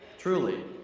truly.